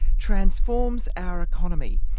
transforms our economy,